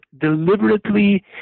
deliberately